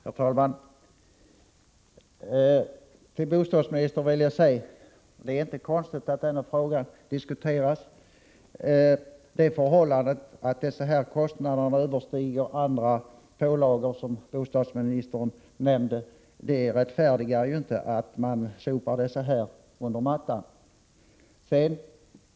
Herr talman! Jag vill till bostadsministern säga att det inte är konstigt att denna fråga diskuteras. Det förhållandet att dessa kostnader överstiger andra pålagor, som bostadsministern nämnde, gör ju inte att de förra kan sopas under mattan.